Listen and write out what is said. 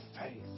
faith